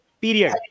period